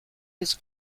his